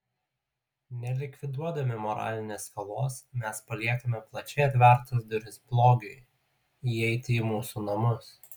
nelikviduodami moralinės skolos mes paliekame plačiai atvertas duris blogiui įeiti į mūsų namus